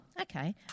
okay